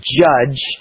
judge